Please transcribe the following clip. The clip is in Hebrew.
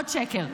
עוד שקר.